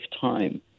time